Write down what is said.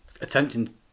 attempting